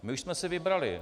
My už jsme si vybrali.